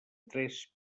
tres